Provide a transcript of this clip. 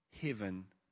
heaven